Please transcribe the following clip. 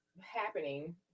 happening